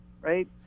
right